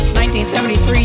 1973